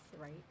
right